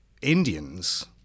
Indians